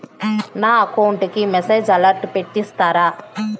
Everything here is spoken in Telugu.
నా అకౌంట్ కి మెసేజ్ అలర్ట్ పెట్టిస్తారా